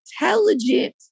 intelligent